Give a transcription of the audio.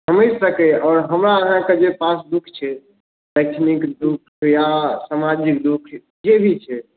होय सके आओर हमरा अहाँकेँ पास जे दुःख छै मैथिलीके दुःख या समाजिक दुःख जे भी छै